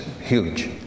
huge